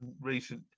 recent